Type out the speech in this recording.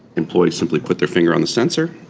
employees simply put their finger on the sensor,